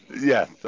Yes